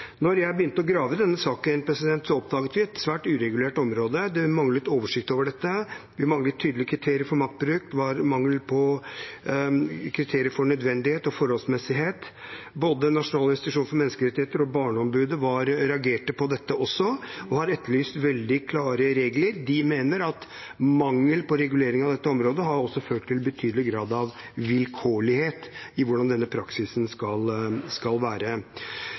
jeg begynte å grave i denne saken, oppdaget vi et svært uregulert område. Det manglet oversikt over dette, vi manglet tydelige kriterier for maktbruk, det var mangel på kriterier for nødvendighet og forholdsmessighet. Både Norges institusjon for menneskerettigheter og Barneombudet reagerte på dette og har etterlyst veldig klare regler. De mener at mangel på regulering av dette området har ført til betydelig grad av vilkårlighet i hvordan denne praksisen skal være.